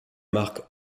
marque